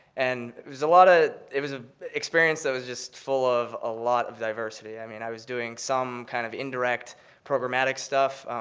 and it was a lot of, it was an experience that was just full of a lot of diversity. i mean, i was doing some kind of indirect programmatic stuff,